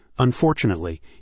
Unfortunately